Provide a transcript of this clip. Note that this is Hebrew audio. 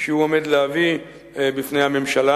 שהוא עומד להביא בפני הממשלה.